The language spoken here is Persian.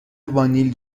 وانیل